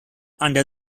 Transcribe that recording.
under